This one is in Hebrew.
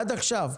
עד עכשיו.